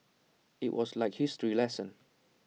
IT was like history lesson